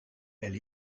elle